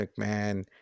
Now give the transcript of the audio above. McMahon